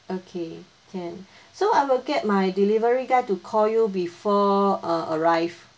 okay can so I will get my delivery guy to call you before err arrive